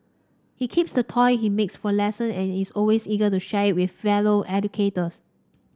he keeps the toy he makes for lesson and is always eager to share it with fellow educators